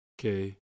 Okay